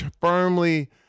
firmly